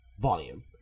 volume